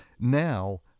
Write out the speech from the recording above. Now